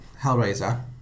Hellraiser